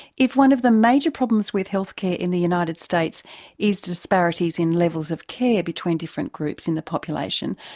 if one of the major problems with healthcare in the united states is disparities in levels of care between different groups in the population,